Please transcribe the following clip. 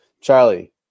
Charlie